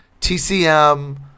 TCM